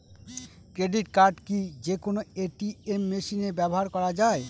Credit card কি যে কোনো এ.টি.এম মেশিনে ব্যবহার করা য়ায়?